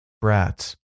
Brats